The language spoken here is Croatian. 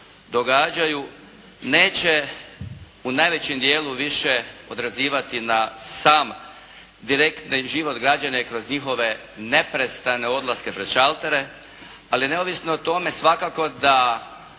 događaju, neće u najvećem dijelu više odrazivati na sam direktan život građana i kroz njihove neprestane odlaske pred šaltere. Ali neovisno o tome, svakako da